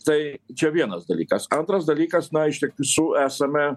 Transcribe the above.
tai čia vienas dalykas antras dalykas na iš visų esame